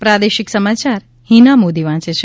પ્રાદેશિક સમાયાર હિના મોદી વાંચ છે